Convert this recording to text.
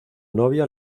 novia